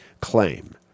claim